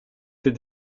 ses